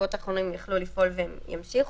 בשבועות האחרונים יכלו לפעול, והן ימשיכו.